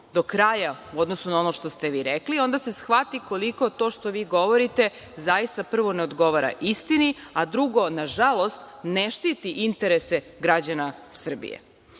do kraja u odnosu na ono što ste vi rekli, onda se shvati koliko to što vi govorite zaista prvo ne odgovara istini, a drugo, nažalost, ne štiti interese građana Srbije. Drugo,